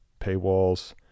Paywalls